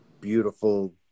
beautiful